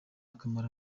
akamaro